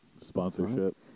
Sponsorship